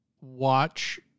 watch